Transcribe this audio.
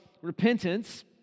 Repentance